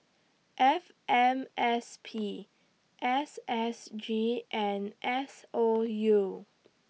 F M S P S S G and S O U